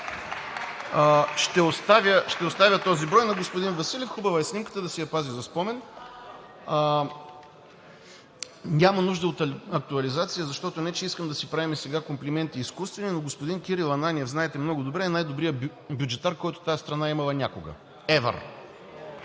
Ще оставя този брой на господин Василев – хубава е снимката, да си я пази за спомен. Няма нужда от актуализация, защото не че искам да си правим сега изкуствени комплименти, но господин Кирил Ананиев Вие знаете много добре е най-добрият бюджетар, който тази страна е имала някога.